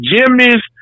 Jimmy's